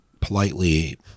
politely